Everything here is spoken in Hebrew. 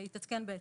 יתעדכן בהתאם.